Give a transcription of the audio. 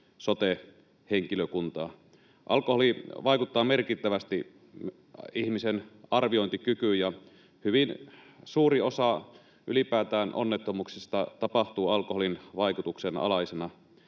sote-henkilökuntaa. Alkoholi vaikuttaa merkittävästi ihmisen arviointikykyyn, ja ylipäätään hyvin suuri osa onnettomuuksista tapahtuu alkoholin vaikutuksen alaisena.